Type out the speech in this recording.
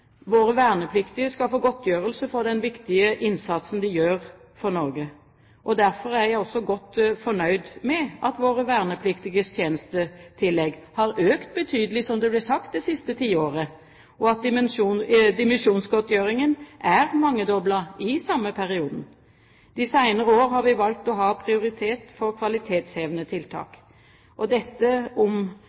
Våre vernepliktige skal få godtgjørelse for den viktige innsatsen de gjør for Norge. Derfor er jeg også godt fornøyd med at våre vernepliktiges tjenestetillegg har økt betydelig, som det ble sagt, det siste tiåret, og at dimisjonsgodtgjøringen er mangedoblet i samme periode. De senere år har vi valgt å prioritere kvalitetshevende tiltak. Dette omfatter, som jeg nevnte, tiltak for forbedring av sesjonen og